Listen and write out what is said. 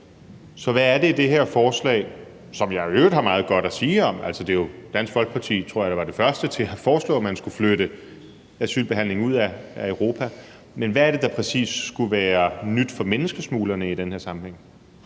Så hvad er det præcis i det her forslag, som jeg i øvrigt har meget godt at sige om – det var jo Dansk Folkeparti, tror jeg, der var de første til at foreslå, at man skulle flytte asylbehandlingen ud af Europa – der skulle være nyt for menneskesmuglerne i den her sammenhæng?